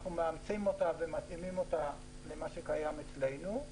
אנחנו מתאימים אותה למה שקיים אצלנו.